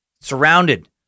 surrounded